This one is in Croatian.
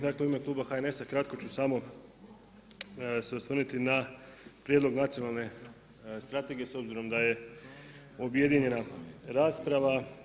Dakle u ime kluba HNS-a kratko ću samo se osvrnuti na Prijedlog Nacionalne strategije s obzirom da je objedinjena rasprava.